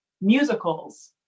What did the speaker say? musicals